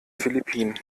philippinen